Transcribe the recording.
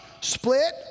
split